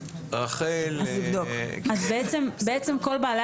מכל בעלי